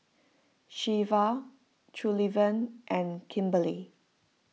Shelva Sullivan and Kimberly